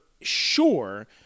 sure